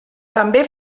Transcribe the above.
també